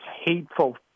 hateful